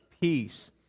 Peace